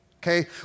Okay